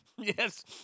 Yes